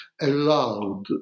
allowed